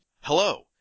Hello